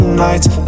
nights